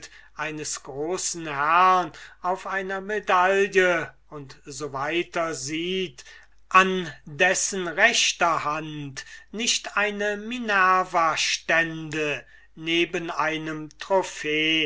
eines großen herrn auf einer medaille u s w sieht an dessen rechter hand nicht eine minerva stünde neben einem